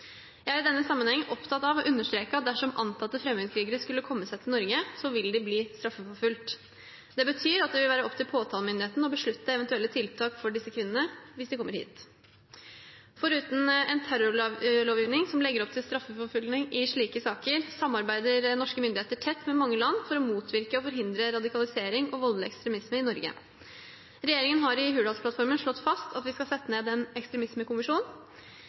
Jeg er i denne sammenheng opptatt av å understreke at dersom antatte fremmedkrigere skulle komme seg til Norge, vil de bli straffeforfulgt. Det betyr at det vil være opp til påtalemyndigheten å beslutte eventuelle tiltak for disse kvinnene hvis de kommer hit. Foruten en terrorlovgivning som legger opp til straffeforfølgning i slike saker, samarbeider norske myndigheter tett med mange land for å motvirke og forhindre radikalisering og voldelig ekstremisme i Norge. Regjeringen har i Hurdalsplattformen slått fast at vi skal sette ned en